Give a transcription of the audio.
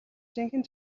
жинхэнэ